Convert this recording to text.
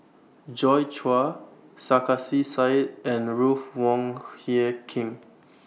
Joi Chua Sarkasi Said and Ruth Wong Hie King